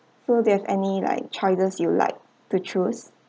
so do you have any like choices you would like to choose